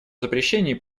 запрещении